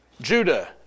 Judah